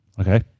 Okay